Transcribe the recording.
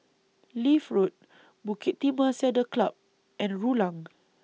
Leith Road Bukit Timah Saddle Club and Rulang